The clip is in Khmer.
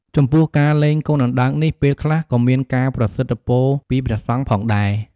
ចំពោះការលែងកូនអណ្តើកនេះពេលខ្លះក៏មានការប្រសិទ្ធពរពីព្រះសង្ឃផងដែរ ។